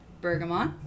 Bergamot